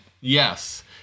Yes